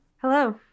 Hello